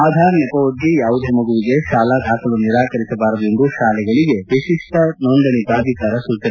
ಆಧಾರ್ ನೆಪವೊಡ್ಡಿ ಯಾವುದೇ ಮಗುವಿಗೆ ಶಾಲಾ ದಾಖಲು ನಿರಾಕರಿಸಬಾರದು ಎಂದು ಶಾಲೆಗಳಿಗೆ ವಿಶಿಷ್ಟ ನೋಂದಣಿ ಪ್ರಾಧಿಕಾರ ಸೂಚನೆ